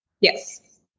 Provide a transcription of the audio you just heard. Yes